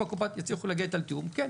אם הקופות יצליחו להגיע איתם לתיאום אז כן,